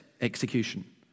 execution